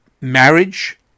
marriage